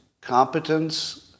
competence